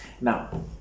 Now